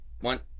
one